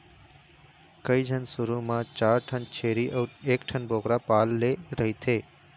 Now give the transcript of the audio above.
कइझन शुरू म चार ठन छेरी अउ एकठन बोकरा पाले रहिथे